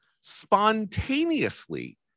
Spontaneously